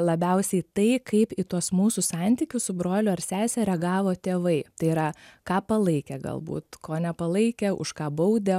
labiausiai tai kaip į tuos mūsų santykius su broliu ar sese reagavo tėvai tai yra ką palaikė galbūt ko nepalaikė už ką baudė